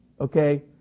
Okay